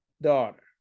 daughter